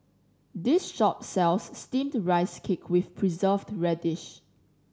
this shop sells Steamed Rice Cake with Preserved Radish